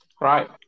right